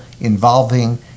involving